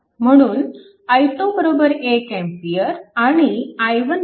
म्हणून i2 1A आणि i1 13A